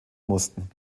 mussten